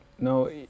no